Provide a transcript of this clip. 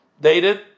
Dated